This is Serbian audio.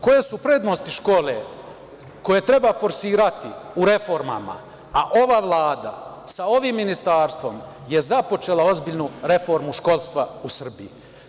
Koje su prednosti škole koje treba forsirati u reformama, a ova Vlada sa ovim ministarstvom je započela ozbiljnu reformu školstva u Srbiji.